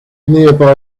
nearby